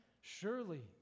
surely